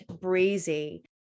breezy